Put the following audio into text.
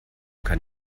kann